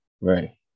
Right